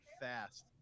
fast